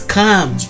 come